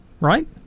right